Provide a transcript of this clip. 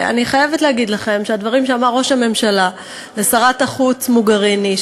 אני חייבת להגיד לכם שהדברים שאמר ראש הממשלה לשרת החוץ מוגריני,